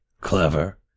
clever